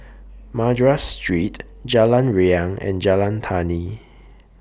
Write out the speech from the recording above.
Madras Street Jalan Riang and Jalan Tani